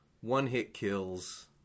One-hit-kills